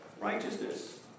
Righteousness